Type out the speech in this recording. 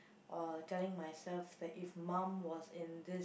uh telling myself that if mum was in this